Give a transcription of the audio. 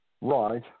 Right